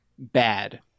bad